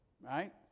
right